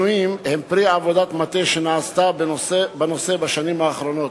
השינויים הם פרי עבודת מטה שנעשתה בנושא בשנים האחרונות.